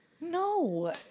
No